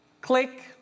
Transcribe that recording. click